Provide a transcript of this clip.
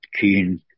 keen